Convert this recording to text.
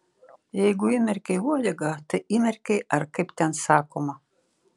jeigu įmerkei uodegą tai įmerkei ar kaip ten sakoma